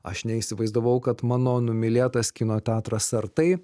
aš neįsivaizdavau kad mano numylėtas kino teatras sartai